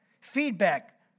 feedback